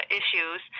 issues